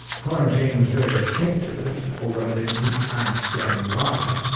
quarantine was very effective, although they didn't understand why,